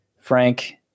Frank